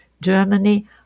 Germany